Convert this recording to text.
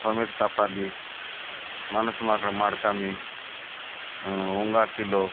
Samir Tapali Manas Madkami Khilo